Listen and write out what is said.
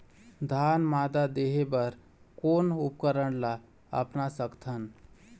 धान मादा देहे बर कोन उपकरण ला अपना सकथन?